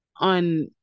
on